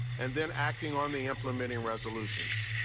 and then acting on the implementing resolutions.